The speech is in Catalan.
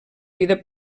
vida